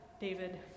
David